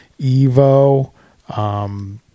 Evo